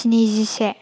स्निजिसे